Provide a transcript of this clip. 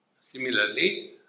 Similarly